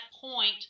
point